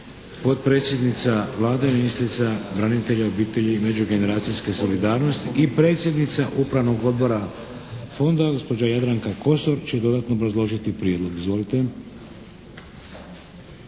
Potpredsjednica Vlade ministrica obitelji, branitelja i međugeneracijske solidarnosti i predsjednica Upravnog odbora fonda gospođa Jadranka Kosor će dodatno obrazložiti prijedlog. Izvolite!